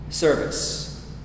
Service